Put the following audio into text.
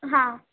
હા